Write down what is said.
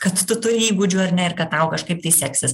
kad tu turi įgūdžių ar ne ir kad tau kažkaip tai seksis